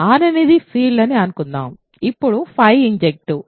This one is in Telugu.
R అనేది ఫీల్డ్ అని అనుకుందాం అప్పుడు ఇంజెక్టివ్